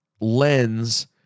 lens